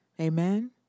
Amen